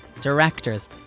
directors